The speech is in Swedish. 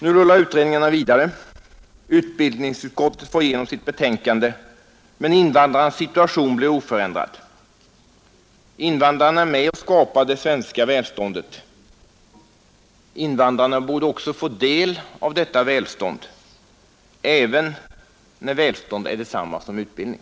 Nu rullar utredningarna vidare, utbildningsutskottet får igenom sitt betänkande, men invandrarnas situation förblir oförändrad. Invandrarna är med och skapar det svenska välståndet. Invandrarna borde också få del av detta välstånd — även när välstånd är detsamma som utbildning.